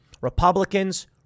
Republicans